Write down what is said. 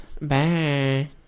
Bye